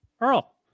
earl